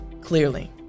clearly